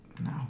no